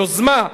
יוזמה,